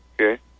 Okay